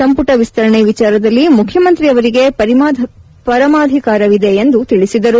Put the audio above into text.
ಸಂಪುಟ ವಿಸ್ತರಣೆ ವಿಚಾರದಲ್ಲಿ ಮುಖ್ಯಮಂತ್ರಿ ಅವರಿಗೆ ಪರಮಾಧಿಕಾರವಿದೆ ಎಂದು ತಿಳಿಸಿದರು